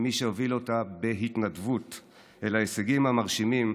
ומי שהוביל אותה בהתנדבות אל ההישגים המרשימים